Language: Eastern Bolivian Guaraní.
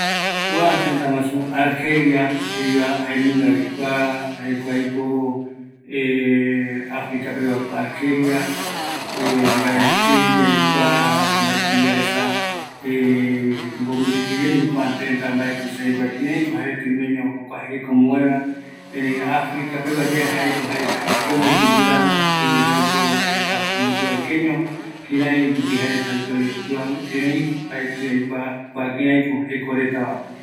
Kua tëtä argelia jeiva, aikua ketira kua tëtaä, erei africa ndipo, mbaetɨvi yaikua kïraïko jekoretaa jekuaeño omomoeva, ëreï oimeko aipo oesauka oipotarupi